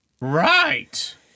Right